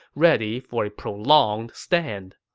ready for a prolonged stand